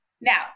Now